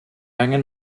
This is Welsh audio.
angen